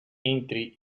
entry